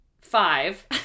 five